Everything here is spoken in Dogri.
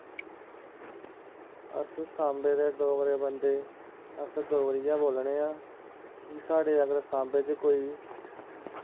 अस सामबे दे डोगरे बंदे अस डोगरी गै बोलने आं कि जे साढ़े अगर सामबे च कोई